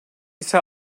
ise